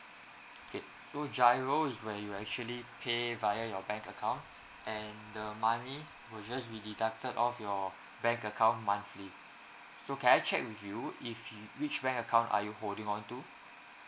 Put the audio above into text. okay so G_I_R_O is where you actually pay via your bank account and the money would just really be deducted off your bank account monthly so can I check with you if you which bank account are you holding on to